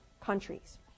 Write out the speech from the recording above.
countries